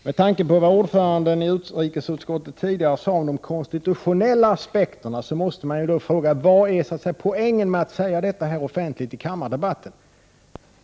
Med tanke på vad ordföranden i utrikesutskottet tidigare sade om de konstitutionella aspekterna måste jag fråga: Vad är poängen med att säga detta offentligt i debatten här i kammaren?